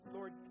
Lord